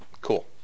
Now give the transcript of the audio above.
Cool